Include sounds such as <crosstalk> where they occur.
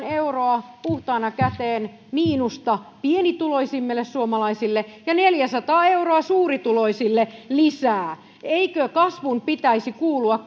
<unintelligible> euroa miinusta puhtaana käteen pienituloisimmille suomalaisille ja neljäsataa euroa suurituloisille lisää eikö kasvun pitäisi kuulua <unintelligible>